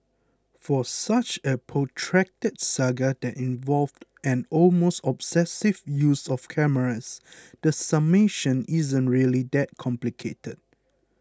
for such a protracted saga that involved an almost obsessive use of cameras the summation isn't really that complicated